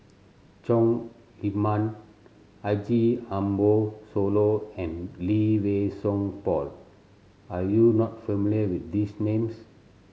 Chong Heman Haji Ambo Sooloh and Lee Wei Song Paul are you not familiar with these names